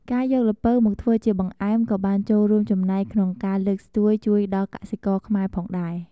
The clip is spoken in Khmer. ការយកល្ពៅមកធ្វើជាបង្អែមក៏បានចូលរួមចំណែកក្នងការលើកស្ទួយជួយដល់កសិករខ្មែរផងដែរ។